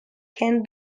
can